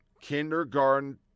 Kindergarten